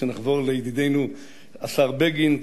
כשנחבור לידידנו השר בגין,